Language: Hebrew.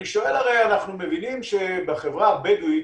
ואנחנו מבינים שבחברה הבדואית